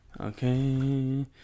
Okay